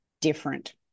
different